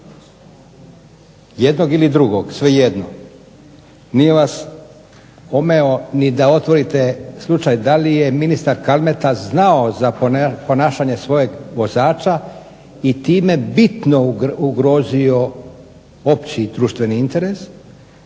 jednog ili drugog, svejedno. Nije vas omeo ni da otvorite slučaj da li je ministar Kalmeta znao za ponašanje svojeg vozača, i time bitno ugrozio opći društveni interes.